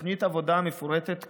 בתוכנית העבודה השנתית